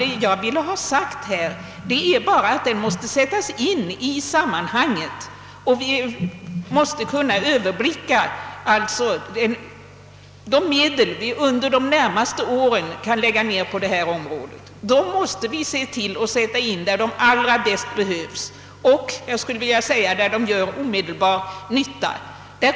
Vad jag ville ha sagt är alltså att limnologien måste sättas in i sammanhanget, när vi skall överblicka de medel som vi under de närmaste åren kan lägga ned på detta område. Dem måste vi använda där de bäst behövs och där de gör omedelbar nytta.